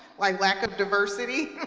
like lack of diversity.